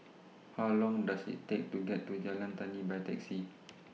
How Long Does IT Take to get to Jalan Tani By Taxi